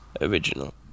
original